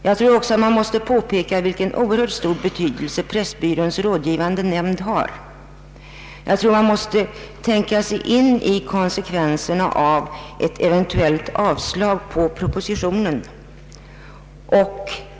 Jag anser också att man måste peka på vilken oerhört stor betydelse pressbyråns rådgivande nämnd har. Jag tror att man måste tänka sig in i konsekvenserna av ett eventuellt avslag på propositionen.